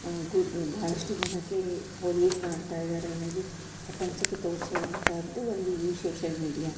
ಗುರ್ ಬಹಳಷ್ಟು ಜನಕ್ಕೆ ಅವರು ಏನು ಮಾಡ್ತಾ ಇದ್ದಾರೆ ಅನ್ನೋದು ಪ್ರಪಂಚಕ್ಕೆ ತೋರಿಸುವಂಥದ್ದು ಒಂದು ಈ ಶೋಶಲ್ ಮೀಡಿಯಾ